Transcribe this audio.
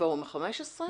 בפורום ה-15?